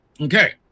Okay